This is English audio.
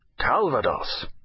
Calvados